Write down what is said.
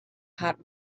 hot